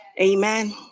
Amen